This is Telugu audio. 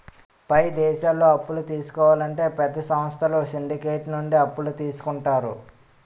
పై దేశాల్లో అప్పులు తీసుకోవాలంటే పెద్ద సంస్థలు సిండికేట్ నుండి అప్పులు తీసుకుంటారు